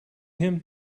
him